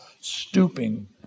stooping